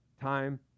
time